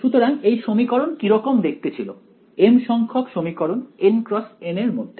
সুতরাং এই সমীকরণ কিরকম দেখতে ছিল m সংখ্যক সমীকরণ N x N এর মধ্যে